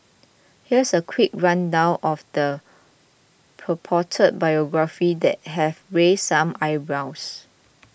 here's a quick rundown of the purported biography that have raised some eyebrows